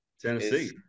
Tennessee